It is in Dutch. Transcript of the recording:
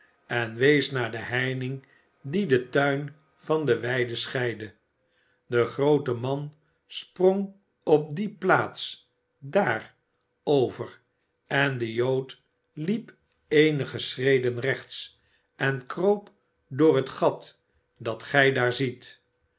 en wees naar de heining die den tuin van de weide scheidde de groote man sprong op die plaats daar over en de jood liep eenige schreden rechts en kroop door het gat dat gij daar ziet